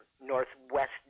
Northwest